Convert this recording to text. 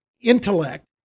intellect